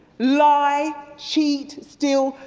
lie, cheat, steal,